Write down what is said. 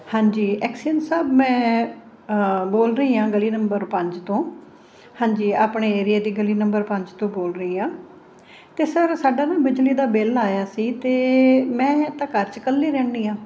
ਹਾਂਜੀ ਐਕਸਿਨ ਸਾਹਿਬ ਮੈਂ ਬੋਲ ਰਹੀ ਹਾਂ ਗਲੀ ਨੰਬਰ ਪੰਜ ਤੋਂ ਹਾਂਜੀ ਆਪਣੇ ਏਰੀਏ ਦੀ ਗਲੀ ਨੰਬਰ ਪੰਜ ਤੋਂ ਬੋਲ ਰਹੀ ਹਾਂ ਅਤੇ ਸਾਰਾ ਸਾਡਾ ਨਾ ਬਿਜਲੀ ਦਾ ਬਿੱਲ ਆਇਆ ਸੀ ਅਤੇ ਮੈਂ ਤਾਂ ਘਰ 'ਚ ਇਕੱਲੇ ਰਹਿੰਦੀ ਹਾਂ